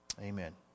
amen